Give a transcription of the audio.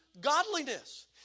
godliness